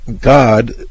God